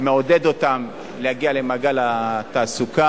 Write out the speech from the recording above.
מעודד אותם להגיע למעגל התעסוקה,